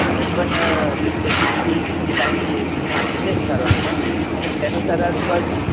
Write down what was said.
चालेल पण तर त्याची फी किती लागेल ते सांगितलं आहे का सर्वांना त्यानुसारच बस